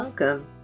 Welcome